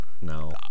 no